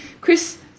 Chris